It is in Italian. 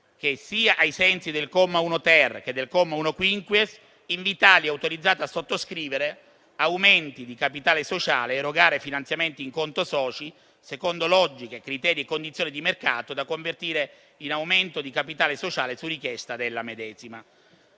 che, sia ai sensi del comma 1-*ter* che del comma 1-*quinquies*, Invitalia è autorizzata a sottoscrivere aumenti di capitale sociale e a erogare finanziamenti in conto soci secondo logiche, criteri e condizioni di mercato, da convertire in aumento di capitale sociale su richiesta della medesima.